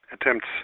Attempts